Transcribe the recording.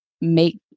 make